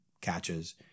catches